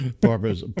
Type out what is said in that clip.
barbara's